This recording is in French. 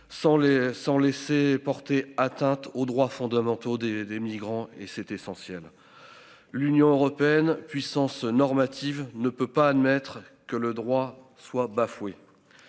sans laisser porter atteinte aux droits fondamentaux des migrants et c'est essentiel. L'Union européenne puissance normative ne peut pas admettre que le droit soit bafoué.